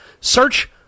Search